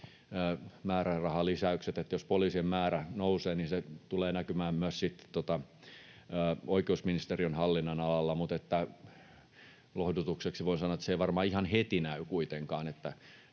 määrärahalisäykset, että jos poliisien määrä nousee, niin se tulee näkymään myös sitten oikeusministeriön hallinnonalalla. Lohdutukseksi voi sanoa, että se ei varmaan ihan heti näy kuitenkaan.